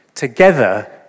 Together